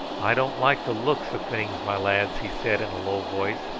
i don't like the look of things, my lads, he said in a low voice,